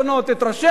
את ראשי הערים,